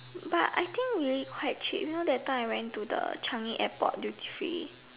but I think really quite cheap you know that time I went to the Changi airport due three